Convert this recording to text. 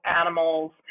animals